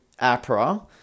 APRA